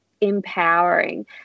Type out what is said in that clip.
empowering